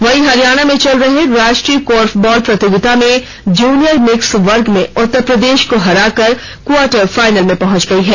वहीं हरियाणा में चल रहे राष्ट्रीय कोर्फबॉल प्रतियोगिता में जूनियर मिक्स वर्ग में उत्तरप्रदेश को हराकर क्वार्टर फाइनल में पहुंच गई है